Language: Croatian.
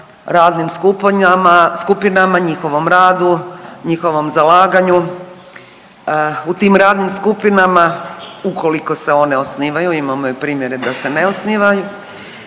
radnim skupinama, njihovom radu, njihovom zalaganju u tim radnim skupinama ukoliko se one osnivaju, imamo primjere i da se ne osnivaju,